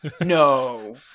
no